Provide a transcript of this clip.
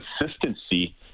consistency